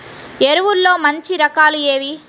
ఎరువుల్లో మంచి రకాలు ఏవి?